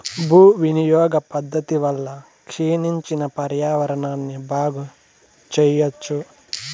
భూ వినియోగ పద్ధతి వల్ల క్షీణించిన పర్యావరణాన్ని బాగు చెయ్యచ్చు